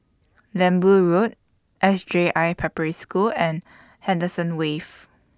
Lembu Road S J I Preparatory School and Henderson Wave